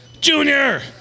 Junior